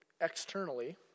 externally